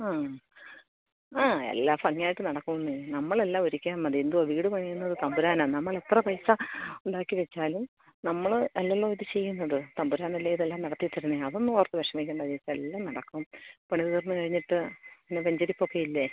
ആ ആ എല്ലാം ഭംഗിയായിട്ട് നടക്കും എന്നെ നമ്മളെല്ലാം ഒരുക്കിയാൽ മതി എന്തുവാ വീട് പണിയുന്നത് തമ്പുരാനാ നമ്മളെത്ര പൈസ ഉണ്ടാക്കി വെച്ചാലും നമ്മൾ അല്ലല്ലോ ഇത് ചെയ്യുന്നത് തമ്പുരാനല്ലേ ഇതെല്ലാം നടത്തി തരുന്നത് അതൊന്നും ഓർത്ത് വിഷമിക്കണ്ട ജെയ്സാ എല്ലാം നടക്കും പണി തീർന്ന് കഴിഞ്ഞിട്ട് പിന്നെ വെഞ്ചിരിപ്പൊക്കെയില്ലേ